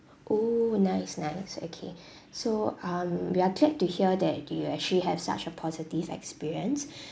oh nice nice okay so um we are glad to hear that you actually have such a positive experience